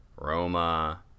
roma